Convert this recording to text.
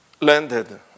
landed